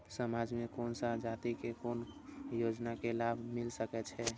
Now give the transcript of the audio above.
समाज में कोन सा जाति के कोन योजना के लाभ मिल सके छै?